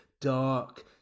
dark